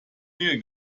mehl